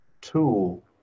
tool